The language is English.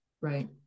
Right